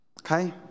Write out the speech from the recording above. Okay